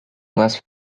was